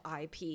IP